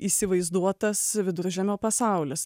įsivaizduotas viduržemio pasaulis